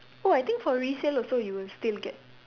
oh I think for resale also you will still get